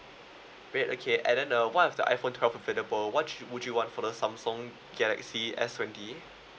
wait okay and then uh what if the iphone twelve available what you would you want for the Samsung galaxy S twenty